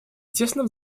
тесно